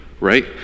Right